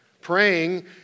Praying